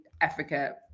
Africa